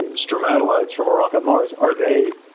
ah stromatolites from a rock on mars, are they